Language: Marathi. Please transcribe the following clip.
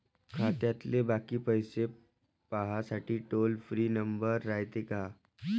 खात्यातले बाकी पैसे पाहासाठी टोल फ्री नंबर रायते का?